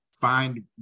find